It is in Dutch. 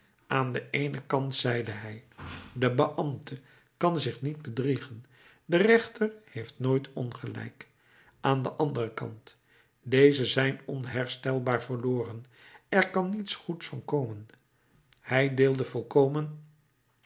aan den eenen kant zeide hij de beambte kan zich niet bedriegen de rechter heeft nooit ongelijk aan den anderen kant dezen zijn onherstelbaar verloren er kan niets goeds van komen hij deelde volkomen